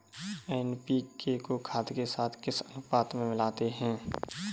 NPK को खाद के साथ किस अनुपात में मिलाते हैं?